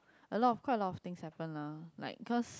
a lot of quite a lot of things happened lah like cause